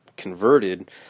Converted